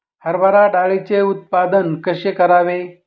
हरभरा डाळीचे उत्पादन कसे करावे?